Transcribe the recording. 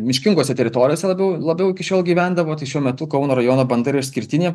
miškingose teritorijose labiau labiau iki šiol gyvendavo tai šiuo metu kauno rajono banda yra išskirtinė